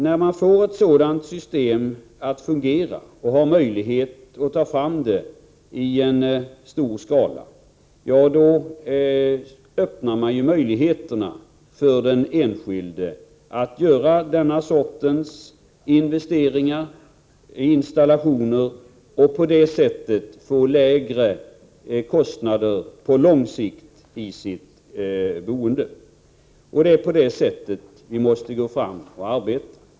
När man får ett sådant system att fungera och kan använda det i stor skala, öppnar man möjligheter för den enskilde att göra investeringar, installationer och härigenom på lång sikt få lägre kostnader för sitt boende. Det är på det sättet vi måste gå fram.